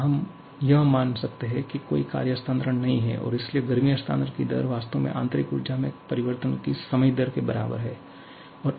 यहां हम यह मान सकते हैं कि कोई कार्य हस्तांतरण नहीं है और इसलिए गर्मी हस्तांतरण की दर वास्तव में आंतरिक ऊर्जा के परिवर्तन की समय दर के बराबर है